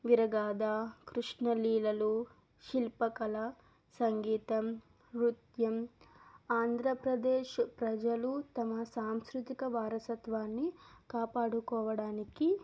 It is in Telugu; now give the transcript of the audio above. వీరగాదా కృష్ణ లీలలు శిల్పకళ సంగీతం నృత్యం ఆంధ్రప్రదేశ్ ప్రజలు తమ సాంస్కృతిక వారసత్వాన్ని కాపాడుకోవడానికి